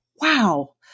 wow